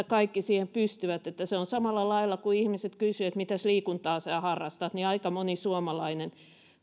kaikki siihen pystyvät että se on samalla lailla kuin ihmiset kysyvät että mitäs liikuntaa sinä harrastat niin aika moni suomalainen